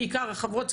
בעיקר חברות,